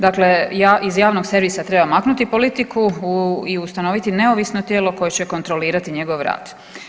Dakle, ja iz javnog servisa trebam maknuti politiku i ustanoviti neovisno tijelo koje će kontrolirati njegov rad.